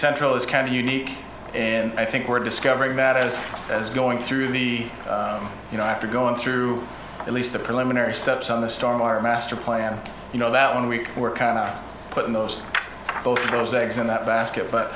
central is kind of unique and i think we're discovering that as as going through the you know after going through at least the preliminary steps on the storm our master plan you know that when we were put in those both of those eggs in that basket but